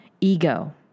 ego